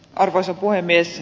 arvoisa puhemies